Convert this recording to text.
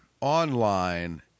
online